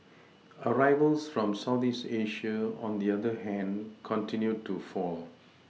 arrivals from southeast Asia on the other hand continued to fall